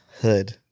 Hood